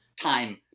time